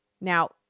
Now